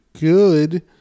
good